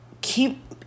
keep